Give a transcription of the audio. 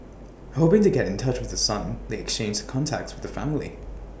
hoping to get in touch with the son they exchanged contacts with the family